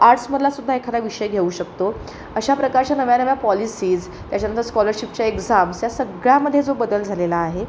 आर्ट्समधला सुद्धा एखादा विषय घेऊ शकतो अशा प्रकारच्या नव्या नव्या पॉलिसीज त्याच्यानंतर स्कॉलरशिपच्या एक्झाम्स या सगळ्यामध्ये जो बदल झालेला आहे